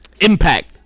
Impact